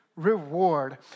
reward